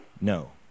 No